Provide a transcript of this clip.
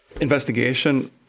investigation